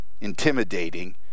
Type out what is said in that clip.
intimidating